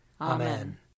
Amen